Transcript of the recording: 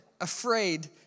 afraid